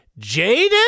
Jaden